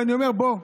ואני אומר: בוא,